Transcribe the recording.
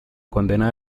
condena